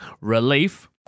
relief